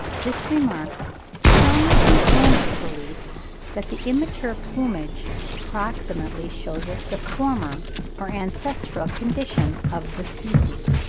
this remark strongly confirms the belief that the immature plumage approximately shews us the former or ancestral condition of the species.